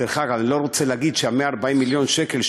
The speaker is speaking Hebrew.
דרך אגב, לא רוצה לומר ש-140 מיליון השקל,